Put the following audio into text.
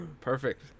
Perfect